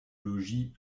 logis